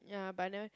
ya but I never